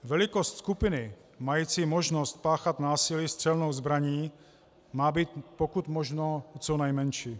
Velikost skupiny mající možnost páchat násilí střelnou zbraní má být pokud možno co nejmenší.